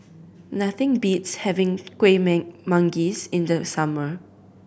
nothing beats having Kueh Manggis in the summer